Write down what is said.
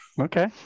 Okay